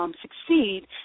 succeed